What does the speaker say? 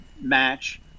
match